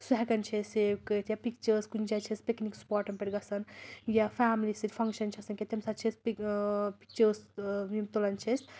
سُہ ہٮ۪کان چھِ أسۍ سیو کٔرِتھ یا پِکچٲرٕس کُنۍ جایہِ چھِ أسۍ پِکنِک سٕپاٹَن پٮ۪ٹھ گژھان یا فیملی سۭتۍ فنٛگشَن چھِ آسان کیٚنٛہہ تَمہِ ساتہٕ چھِ أسۍ پِکچٲرٕس یِم تُلان چھِ أسۍ